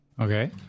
Okay